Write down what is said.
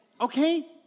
okay